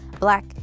black